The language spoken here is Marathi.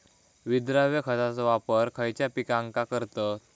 विद्राव्य खताचो वापर खयच्या पिकांका करतत?